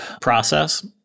process